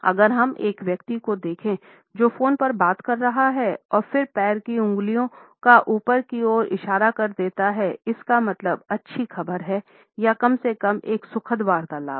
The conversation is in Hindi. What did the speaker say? अगर हम एक व्यक्ति को देखो जो फोन पर बात कर रहा है और फिर पैर की उंगलियों का ऊपर की ओर इशारा कर देता हैं इसका मतलब अच्छी खबर है या कम से कम एक सुखद वार्तालाप है